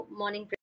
morning